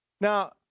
Now